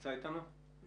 נשמע לכם הגיוני?